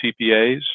TPAs